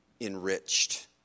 enriched